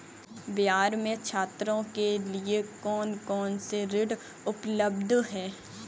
बिहार में छात्रों के लिए कौन कौन से ऋण उपलब्ध हैं?